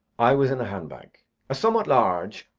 i was in a hand-bag a somewhat large,